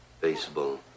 Baseball